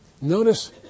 Notice